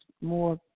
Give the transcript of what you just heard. more